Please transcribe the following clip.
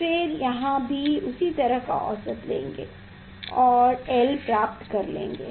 फिर यहाँ भी उसी तरह का औसत लेंगें और l प्राप्त कर लेंगें